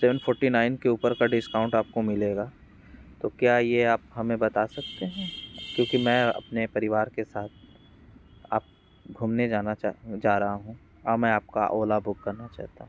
seven forty nine के ऊपर का डिस्काउंट आपको मिलेगा तो क्या यह आप हमें बता सकते हैं क्योकि मैं अपने परिवार के साथ आप घूमने जाना चाह जा रहा हूँ और मैं आपका ओला बुक करना चाहता हूँ